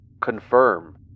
confirm